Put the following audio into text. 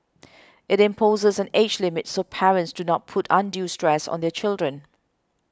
it imposes an age limit so parents do not put undue stress on their children